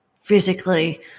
physically